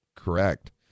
Correct